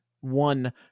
one